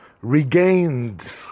regained